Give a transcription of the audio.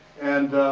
and